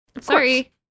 sorry